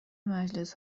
مجلس